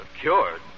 Cured